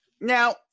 Now